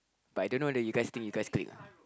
but I don't know whether you guys think you guys click lah